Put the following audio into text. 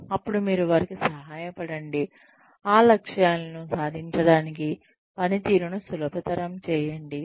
అప్పుడు మీరు వారికి సహాయపడండి ఆ లక్ష్యాలను సాధించడానికి పనితీరును సులభతరం చేయండి